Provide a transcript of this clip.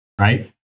right